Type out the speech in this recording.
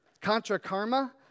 Contra-karma